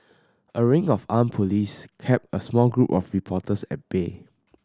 a ring of armed police kept a small group of reporters at bay